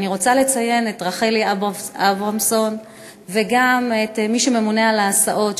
אני רוצה לציין את רחלי אברמזון וגם את מי שממונה על ההסעות,